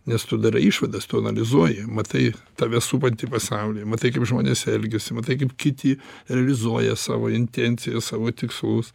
nes tu darai išvadas tu analizuoji matai tave supantį pasaulį matai kaip žmonės elgiasi matai kaip kiti realizuoja savo intencijas savo tikslus